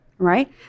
right